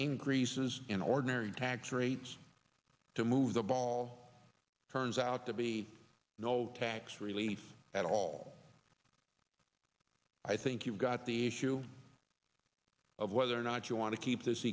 is an ordinary tax rates to move the ball turns out to be no tax relief at all i think you've got the issue of whether or not you want to keep this